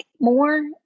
more